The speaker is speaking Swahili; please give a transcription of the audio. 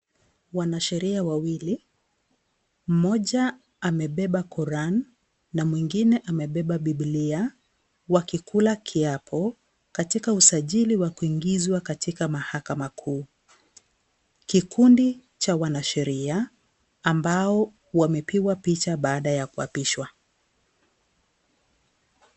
Wanasheria wawili, mmoja amebeba Koran na mwingine amebeba Bibilia wakikula kiapo katika usajili wa kuingizwa katika mahakama kuu. Kikundi cha wanasheria ambao wamepigwa picha baada ya kuapishwa.